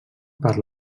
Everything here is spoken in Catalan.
per